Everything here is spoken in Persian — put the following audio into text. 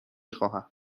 خواهم